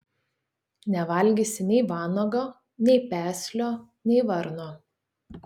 nevalgysi nei vanago nei peslio nei varno